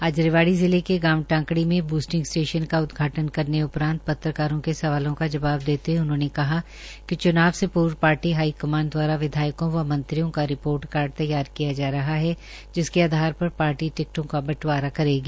आज रेवाडी जिले के गांव टांकड़ी में ब्रस्टिंग स्टेशन का उद्घाटन करने उपरांत पत्रकारों के सवाल का जवाब तदे हये उन्होंने कहा कि च्नाव से पूर्व पार्टी हाईकमान द्वारा विदयायकों व मंत्रियों का रिपोर्ट कार्ड तैयार किया जा रहा है जिसके आधार पर पार्टी टिक्टों का बंटवार करेगी